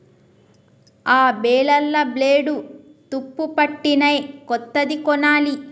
ఆ బేలర్ల బ్లేడ్లు తుప్పుపట్టినయ్, కొత్తది కొనాలి